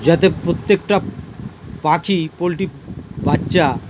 যাতে প্রত্যেকটা পাখি পোলট্রি বাচ্চা